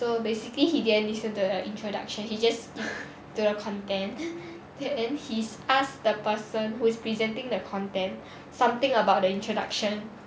so basically he didn't listen to the introduction he just like to the content then his ask the person who is presenting the content something about the introduction